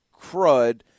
crud